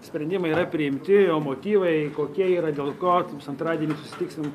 sprendimai yra priimti o motyvai kokie yra dėl ko taips antradienį susitiksim